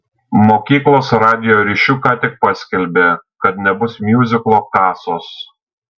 mokyklos radijo ryšiu ką tik paskelbė kad nebus miuziklo kasos